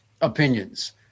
opinions